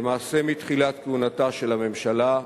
למעשה מתחילת כהונתה של הממשלה,